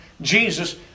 Jesus